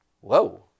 whoa